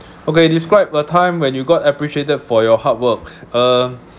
okay describe a time when you got appreciated for your hard work um